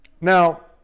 Now